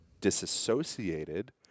disassociated